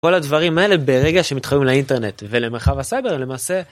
כל הדברים האלה ברגע שמתחברים לאינטרנט ולמרחב הסייבר למעשה.